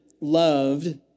loved